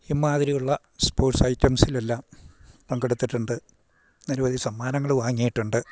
ഇമ്മാതിരിയുള്ള sports ഐറ്റംസിലെല്ലാം പങ്കെടുത്തിട്ടുണ്ട് നിരവധി സമ്മാനങ്ങള് വാങ്ങിയിട്ടുണ്ട്